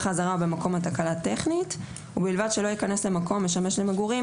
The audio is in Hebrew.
האזהרה במקום תקלה טכנית ובלבד שלא יכנס למקום המשמש למגורים,